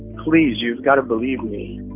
please, you've got to believe me. oh,